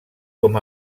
com